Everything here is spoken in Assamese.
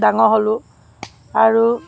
ডাঙৰ হ'লোঁ আৰু